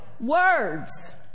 words